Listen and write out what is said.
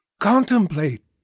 Contemplate